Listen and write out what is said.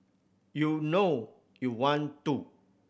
you know you want to